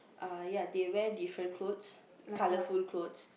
uh ya they wear different clothes colorful clothes